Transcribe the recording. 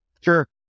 Sure